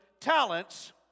talents